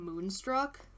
Moonstruck